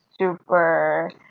super